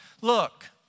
look